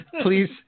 Please